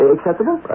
Acceptable